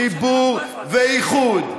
חיבור ואיחוד.